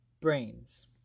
brains